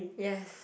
yes